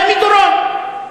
חמי דורון.